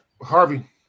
Harvey